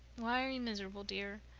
why are you miserable, dear?